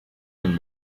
mean